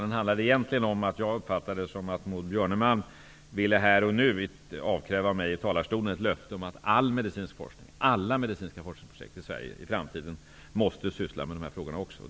Den handlar egentligen om att jag uppfattar det som om Maud Björnemalm här och nu vill avkräva mig ett löfte i talarstolen om att all medicinsk forskning och alla medicinska forskningsprojekt i Sverige i framtiden måste syssla även med dessa frågor.